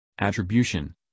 Attribution